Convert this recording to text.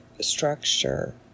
structure